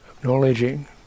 acknowledging